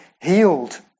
healed